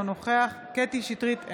אינו נוכח קטי קטרין שטרית,